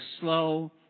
slow